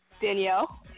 Danielle